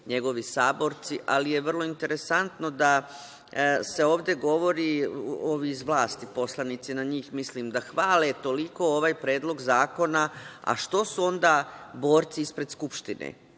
njegovi saborci. Vrlo je interesantno da se ovde govori, ovi poslanici iz vlasti, na njih mislim, da hvale toliko ovaj Predlog zakona. Što su onda borci ispred Skupštine?